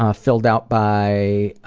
ah filled out by